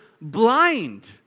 blind